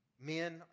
men